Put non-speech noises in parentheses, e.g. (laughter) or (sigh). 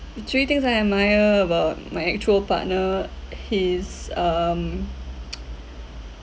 the three things I admire about my actual partner he's um (noise)